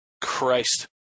Christ